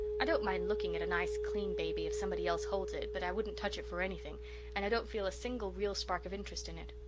i don't mind looking at a nice clean baby if somebody else holds it but i wouldn't touch it for anything and i don't feel a single real spark of interest in it.